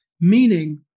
meaning